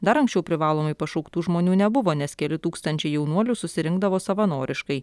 dar anksčiau privalomai pašauktų žmonių nebuvo nes keli tūkstančiai jaunuolių susirinkdavo savanoriškai